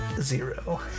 zero